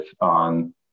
on